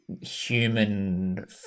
human